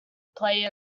play